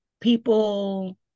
people